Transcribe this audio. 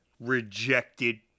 rejected